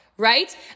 right